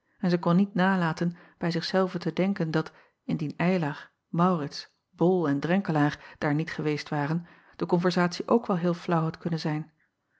en zij kon niet nalaten bij zich zelve te denken dat indien ylar aurits ol en renkelaer daar niet geweest waren de konversatie ook wel heel flaauw had kunnen zijn